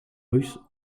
russes